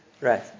Right